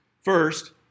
First